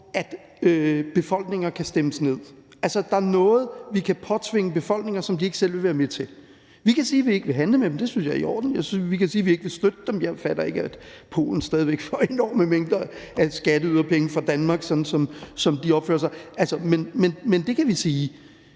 at befolkninger kan stemmes ned; altså, at der er noget, vi kan påtvinge befolkninger, som de ikke selv vil være med til. Vi kan sige, at vi ikke vil handle med dem – det synes jeg er i orden. Vi kan sige, at vi ikke vil støtte dem. Sådan som Polen opfører sig, fatter jeg f.eks. ikke, at de stadig væk får enorme mængder af skatteyderpenge fra Danmark – det kan vi sige.